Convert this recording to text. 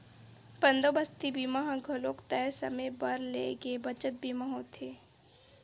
बंदोबस्ती बीमा ह घलोक तय समे बर ले गे बचत बीमा होथे